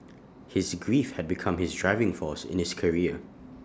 his grief had become his driving force in his career